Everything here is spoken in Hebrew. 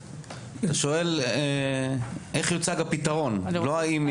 אתה שואל איך יוצג הפתרון, לא האם יש פתרון.